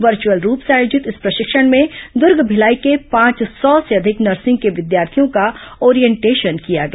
virtual रूप से आयोजित इस प्रशिक्षण में दूर्ग भिलाई के पांच सौ से अधिक नर्सिंग के विद्यार्थियों का ओरिएंटेशन किया गया